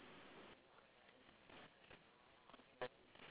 actually both also can but you got body care meh for your products